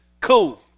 cool